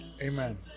Amen